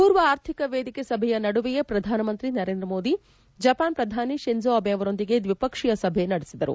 ಪೂರ್ವ ಆರ್ಥಿಕ ವೇದಿಕೆ ಸಭೆಯ ನಡುವೆಯೇ ಪ್ರಧಾನಮಂತ್ರಿ ನರೇಂದ್ರ ಮೋದಿ ಅವರು ಜಪಾನ್ ಪ್ರಧಾನಿ ಶಿಂಜೋ ಅಬೆ ಅವರೊಂದಿಗೆ ದ್ವೀಪಕ್ಷೀಯ ಸಭೆ ನಡೆಸಿದರು